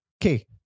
Okay